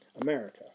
America